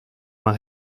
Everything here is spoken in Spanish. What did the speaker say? más